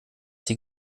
sie